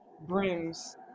brims